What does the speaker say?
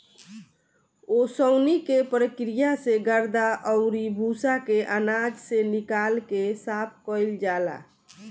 ओसवनी के प्रक्रिया से गर्दा अउरी भूसा के आनाज से निकाल के साफ कईल जाला